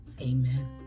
Amen